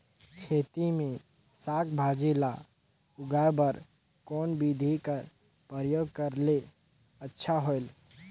खेती मे साक भाजी ल उगाय बर कोन बिधी कर प्रयोग करले अच्छा होयल?